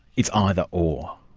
it's either or.